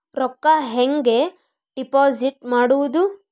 ರೊಕ್ಕ ಹೆಂಗೆ ಡಿಪಾಸಿಟ್ ಮಾಡುವುದು?